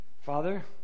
Father